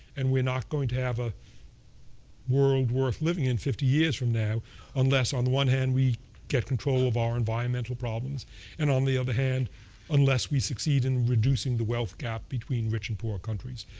and we're not going to have a world worth living in fifty years from now unless on the one hand we get control of our environmental problems and on the other hand unless we succeed in reducing the wealth gap between rich and poor countries,